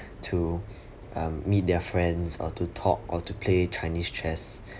to um meet their friends or to talk or to play chinese chess